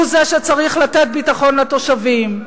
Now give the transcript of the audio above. הוא זה שצריך לתת ביטחון לתושבים.